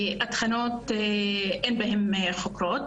התחנות אין חוקרות.